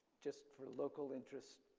just for local interest,